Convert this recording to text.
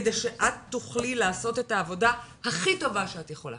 כדי שאת תוכלי לעשות את העבודה הכי טובה שאת יכולה